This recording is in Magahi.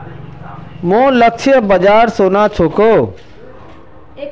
मोर लक्ष्य बाजार सोना छोक